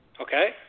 Okay